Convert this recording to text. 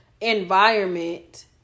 environment